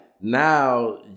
Now